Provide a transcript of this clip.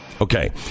Okay